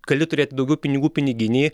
gali turėti daugiau pinigų piniginėj